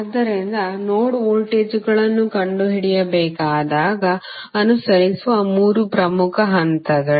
ಆದ್ದರಿಂದ ನೋಡ್ ವೋಲ್ಟೇಜ್ಗಳನ್ನು ಕಂಡುಹಿಡಿಯಬೇಕಾದಾಗ ಅನುಸರಿಸುವ ಮೂರು ಪ್ರಮುಖ ಹಂತಗಳು